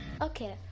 okay